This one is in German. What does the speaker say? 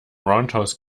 roundhouse